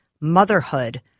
motherhood